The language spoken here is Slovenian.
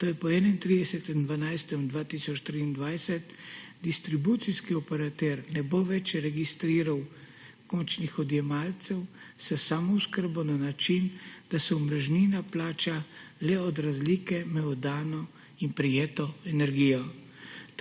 to je po 31. 12. 2023, distribucijski operater ne bo več registriral končnih odjemalcev s samooskrbo na način, da se omrežnina plača le od razlike med oddano in prejeto energijo.